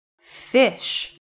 Fish